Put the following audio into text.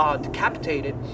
decapitated